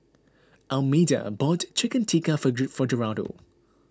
Almeda bought Chicken Tikka for for Geraldo